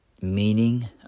meaning